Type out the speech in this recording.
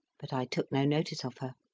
but i took no notice of her.